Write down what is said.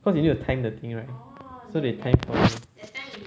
'cause you need to time the thing right so they plan for you